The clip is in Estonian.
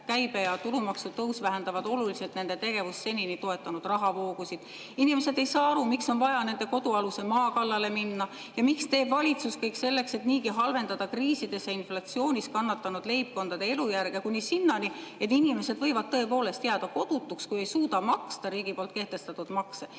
käibe- ja tulumaksu tõus vähendavad oluliselt nende tegevust seni toetanud rahavoogusid. Inimesed ei saa aru, miks on vaja nende kodualuse maa kallale minna, ja miks teeb valitsus kõik selleks, et niigi halvendada kriisides ja inflatsioonis kannatanud leibkondade elujärge kuni sinnani, et inimesed võivad tõepoolest jääda kodutuks, kui ei suuda maksta riigi kehtestatud makse.